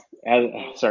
sorry